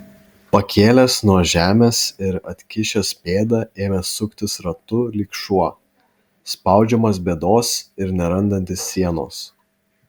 pakėlęs nuo žemės ir atkišęs pėdą ėmė suktis ratu lyg šuo spaudžiamas bėdos ir nerandantis sienos